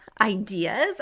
ideas